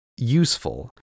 useful